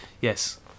Yes